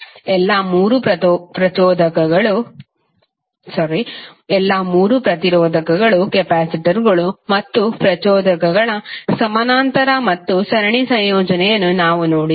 ಎಲ್ಲಾ ಮೂರು ಪ್ರತಿರೋಧಕಗಳು ಕೆಪಾಸಿಟರ್ಗಳು ಮತ್ತು ಪ್ರಚೋದಕಗಳ ಸಮಾನಾಂತರ ಮತ್ತು ಸರಣಿ ಸಂಯೋಜನೆಯನ್ನು ನಾವು ನೋಡಿದ್ದೇವೆ